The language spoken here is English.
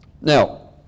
Now